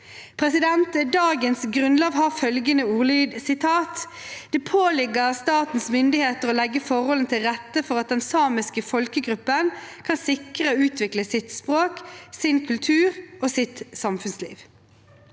urfolk. Dagens Grunnlov har følgende ordlyd: «Det påligger statens myndigheter å legge forholdene til rette for at den samiske folkegruppe kan sikre og utvikle sitt språk, sin kultur og sitt samfunnsliv.»